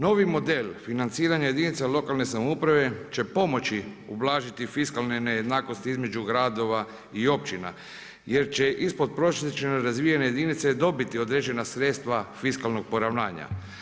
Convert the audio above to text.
Novi model financiranja jedinica lokalne samouprave će pomoći ublažiti fiskalne nejednakosti između gradova i općina, jer će ispod prosječno razvijene jedinice dobiti određena sredstva fiskalnog poravnanja.